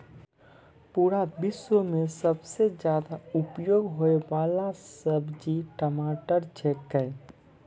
पूरा विश्व मॅ सबसॅ ज्यादा उपयोग होयवाला सब्जी टमाटर छेकै